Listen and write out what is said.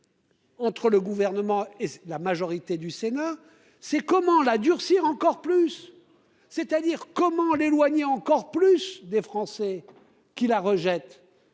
Entre le gouvernement et la majorité du Sénat. C'est comment la durcir encore plus. C'est-à-dire comment l'éloigner encore plus. Des Français qui la rejette.